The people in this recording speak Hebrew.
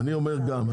אני אומר גם,